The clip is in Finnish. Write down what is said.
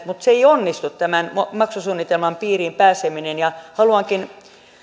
mutta ei onnistu tämän maksusuunnitelman piiriin pääseminen haluankin